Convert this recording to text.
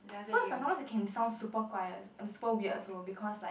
so it's like sometimes can sound super quiet and super weird also because like